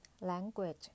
language